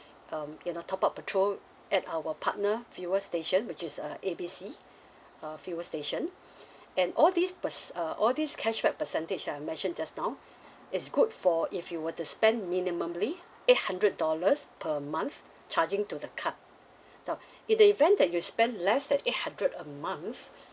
um you know top up petrol at our partner fuel station which is uh A B C uh fuel station and all this perce~ uh all this cashback percentage I mention just now it's good for if you were to spend minimally eight hundred dollars per month charging to the card now in the event that you spend less than eight hundred a month